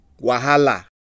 wahala